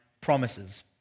promises